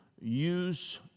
use